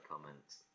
comments